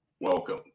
Welcome